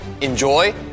enjoy